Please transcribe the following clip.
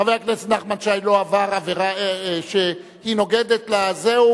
חבר הכנסת נחמן שי לא עבר עבירה שהיא נוגדת לזה.